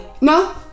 No